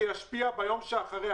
זה ישפיע ביום שאחרי.